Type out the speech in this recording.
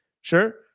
Sure